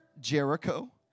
Jericho